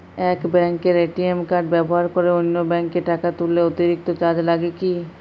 এক ব্যাঙ্কের ATM card ব্যবহার করে অন্য ব্যঙ্কে টাকা তুললে অতিরিক্ত চার্জ লাগে কি?